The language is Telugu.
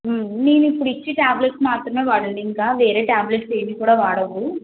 మేము ఇప్పుడు ఇచ్చే టాబ్లెట్స్ మాత్రమే వాడండి ఇంకా వేరే టాబ్లెట్స్ ఏమి కూడ వాడద్దు